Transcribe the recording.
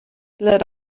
let